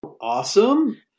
Awesome